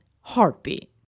heartbeat